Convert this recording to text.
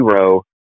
zero